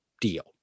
deal